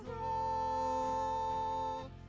roll